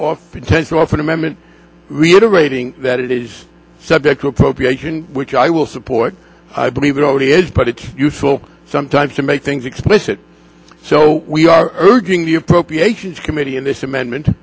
or potential off an amendment reiterating that it is subject to appropriation which i will support i believe it already is but it's useful sometimes to make things explicit so we are urging the appropriations committee in this amendment